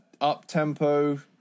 up-tempo